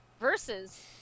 Versus